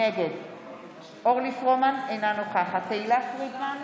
נגד אורלי פרומן, אינה נוכחת תהלה פרידמן,